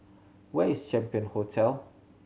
where is Champion Hotel